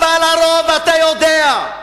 אבל הרוב, אתה יודע,